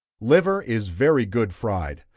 liver is very good fried,